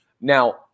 Now